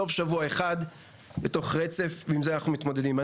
סוף שבוע אחד מתוך רצף ועם זה אנחנו מתמודדים.